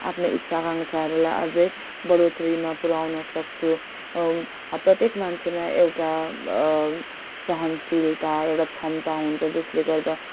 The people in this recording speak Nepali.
आफ्नो इच्छा आकाङ्क्षाहरूलाई अझै बढोत्तरीमा पुर्याउनसक्छु प्रत्येक मान्छेमा एउटा सहनशीलता एउटा क्षमता हुन्छ जसले गर्दा